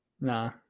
nah